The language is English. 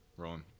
Rolling